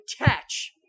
attach